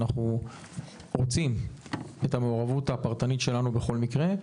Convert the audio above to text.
אנחנו רוצים את המעורבות הפרטנית שלנו בכל מקרה,